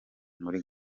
muri